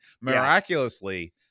Miraculously